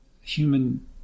human